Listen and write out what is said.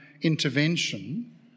intervention